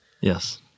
Yes